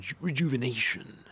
rejuvenation